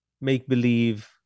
make-believe